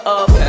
up